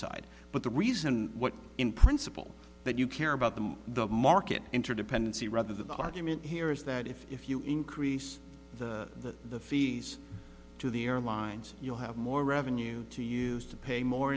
side but the reason what in principle that you care about the market interdependency rather than the argument here is that if you increase the fees to the airlines you'll have more revenue to use to pay more